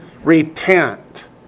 Repent